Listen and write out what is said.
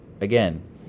Again